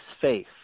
faith